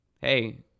hey